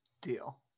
Deal